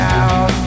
out